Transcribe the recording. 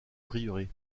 prieuré